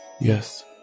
Yes